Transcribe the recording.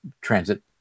transit